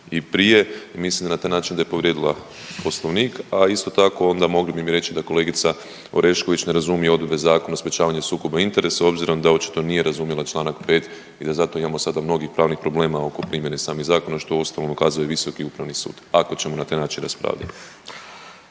i prije i mislim da je na taj način da je povrijedila Poslovnik, a isto tako onda mogli bi mi reći da kolegica Orešković ne razumije odredbe Zakona o sprječavanju sukoba interesa obzirom da očito nije razumjela čl. 5. i da zato imamo sada mnogih pravnih problema oko primjene samih zakona, što uostalom ukazuje i visoki upravni sud, ako ćemo na taj način raspravljat.